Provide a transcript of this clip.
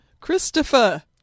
Christopher